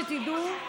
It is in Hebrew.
שתדעו,